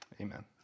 Amen